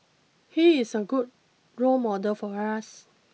he's a good role model for us